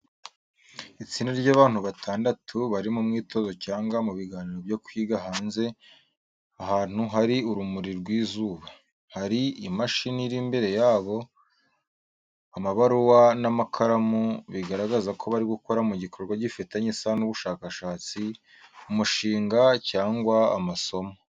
Itsinda ry’abantu batandatu bari mu mwitozo cyangwa mu biganiro byo kwiga hanze, ahantu hari urumuri rw'izuba. Hari imashini iri imbere yabo, amabaruwa n’amakaramu, bigaragaza ko bari gukora ku gikorwa gifitanye isano n’ubushakashatsi, umushinga cyangwa amasomo.